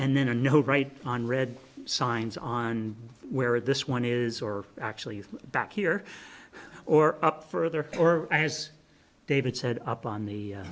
and then a no right on red signs on where this one is or actually back here or up further or as david said up on the u